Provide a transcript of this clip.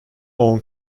own